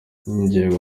yagirijwe